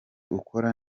ukora